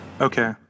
Okay